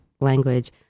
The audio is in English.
language